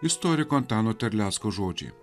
istoriko antano terlecko žodžiai